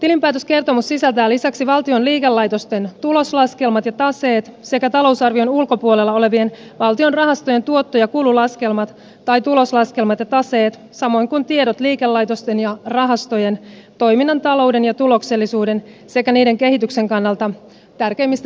tilinpäätöskertomus sisältää lisäksi valtion liikelaitosten tuloslaskelmat ja taseet sekä talousarvion ulkopuolella olevien valtion rahastojen tuotto ja kululaskelmat tai tuloslaskelmat ja taseet samoin kuin tiedot liikelaitosten ja rahastojen toiminnan talouden ja tuloksellisuuden sekä niiden kehityksen kannalta tärkeimmistä seikoista